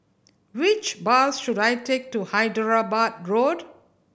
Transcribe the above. which bus should I take to Hyderabad Road